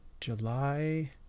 July